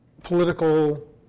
Political